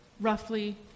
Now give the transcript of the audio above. roughly